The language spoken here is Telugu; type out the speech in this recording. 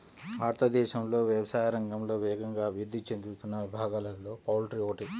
భారతదేశంలో వ్యవసాయ రంగంలో వేగంగా అభివృద్ధి చెందుతున్న విభాగాలలో పౌల్ట్రీ ఒకటి